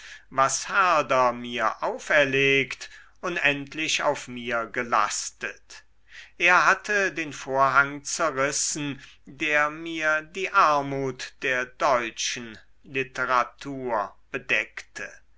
was herder mir auferlegt unendlich auf mir gelastet er hatte den vorhang zerrissen der mir die armut der deutschen literatur bedeckte